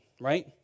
right